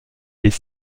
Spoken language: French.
des